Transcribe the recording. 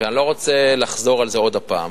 ואני לא רוצה לחזור על זה עוד הפעם,